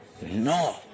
No